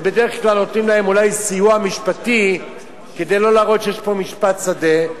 ובדרך כלל נותנים להם אולי סיוע משפטי כדי שלא להראות שיש פה משפט שדה.